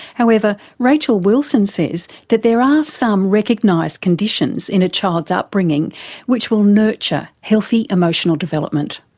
however, rachel wilson says that there are some recognised conditions in child's upbringing which will nurture healthy emotional development.